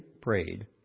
prayed